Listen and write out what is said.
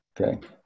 Okay